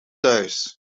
thuis